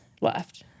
left